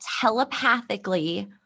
telepathically